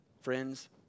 Friends